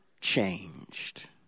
changed